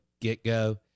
get-go